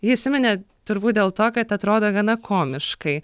ji įsiminė turbūt dėl to kad atrodo gana komiškai